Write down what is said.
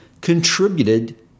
contributed